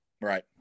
Right